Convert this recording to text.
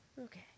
Okay